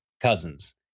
cousins